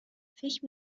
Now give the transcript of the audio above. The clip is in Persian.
فکر